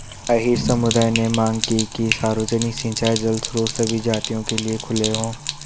अहीर समुदाय ने मांग की कि सार्वजनिक सिंचाई जल स्रोत सभी जातियों के लिए खुले हों